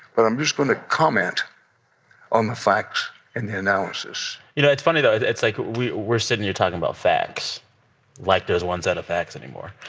but i'm just going to comment on the facts and the analysis you know, it's funny though. it's like we're we're sitting here talking about facts like there's one set of facts anymore.